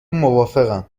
موافقم